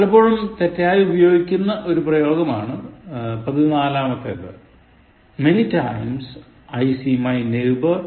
പലപ്പോഴും തെറ്റായി ഉപയോഗിക്കുന്ന ഒരു പ്രയോഗമാണ് പതിനാലാമത്തേത് Many times I see my neighbour cycling to my office